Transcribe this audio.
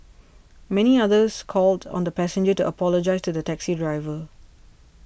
many others called on the passenger to apologise to the taxi driver